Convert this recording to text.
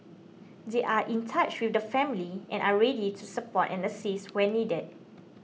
they are in touch with the family and are ready to support and assist where needed